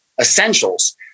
essentials